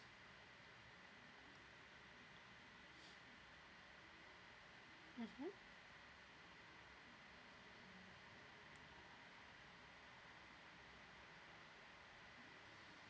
mmhmm